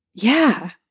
yeah.